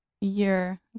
year